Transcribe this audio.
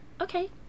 okay